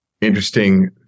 interesting